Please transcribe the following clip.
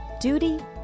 Duty